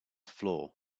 floor